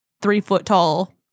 three-foot-tall